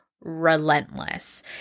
relentless